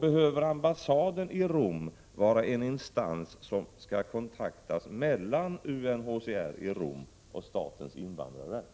Behöver ambassaden i Rom vara en instans som skall kontaktas, en instans mellan UNHCR i Rom och statens invandrarverk?